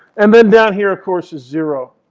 um um down here of course is zero.